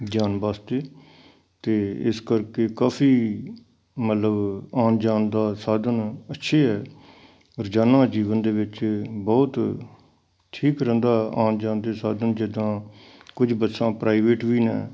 ਜਾਣ ਵਾਸਤੇ ਅਤੇ ਇਸ ਕਰਕੇ ਕਾਫ਼ੀ ਮਤਲਬ ਆਉਣ ਜਾਣ ਦਾ ਸਾਧਨ ਅੱਛੇ ਹੈ ਰੋਜ਼ਾਨਾ ਜੀਵਨ ਦੇ ਵਿੱਚ ਬਹੁਤ ਠੀਕ ਰਹਿੰਦਾ ਆਉਣ ਜਾਣ ਦੇ ਸਾਧਨ ਜਿੱਦਾਂ ਕੁਝ ਬੱਸਾਂ ਪ੍ਰਾਈਵੇਟ ਵੀ ਨੇ